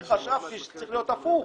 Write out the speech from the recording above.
אני חשבתי שצריך להיות הפוך.